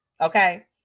okay